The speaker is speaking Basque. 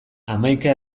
hamaika